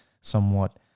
somewhat